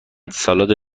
سالاد